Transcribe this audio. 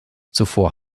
zuvor